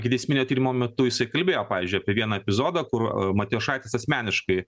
ikiteisminio tyrimo metu jisai kalbėjo pavyzdžiui apie vieną epizodą kur matijošaitis asmeniškai